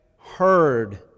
heard